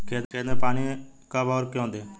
खेत में पानी कब और क्यों दें?